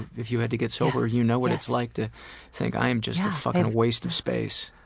if you had to get sober, you know what it's like to think, i am just a fucking waste of space.